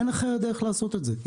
אין אחרת דרך לעשות את זה.